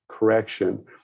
Correction